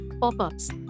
pop-ups